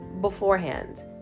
beforehand